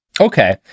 Okay